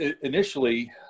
initially